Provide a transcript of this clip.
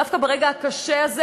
דווקא ברגע הקשה הזה